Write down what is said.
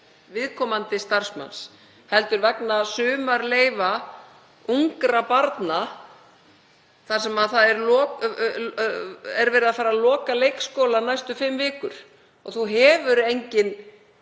viðkomandi starfsmanns heldur vegna sumarleyfa ungra barna þar sem verið er að fara að loka leikskóla næstu fimm vikur og fólk hefur engin